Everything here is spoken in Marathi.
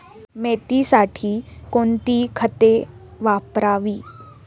मेथीसाठी कोणती खते वापरावी?